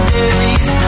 days